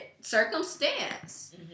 circumstance